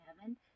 heaven